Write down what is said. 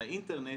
לאינטרנט,